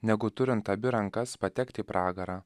negu turint abi rankas patekti į pragarą